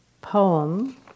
poem